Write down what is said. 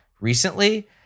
recently